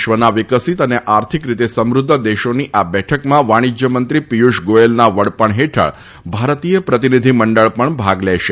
વિશ્વના વિકસીત અને આર્થિક રીતે સમૃદ્ધ દેશોની આ બેઠકમાં વાણિજય મંત્રી પિયુષ ગોયલના વડપણ હેઠળ ભારતીય પ્રતિનિધી મંડળ પણ ભાગ લેશે